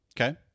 Okay